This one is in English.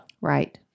Right